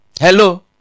Hello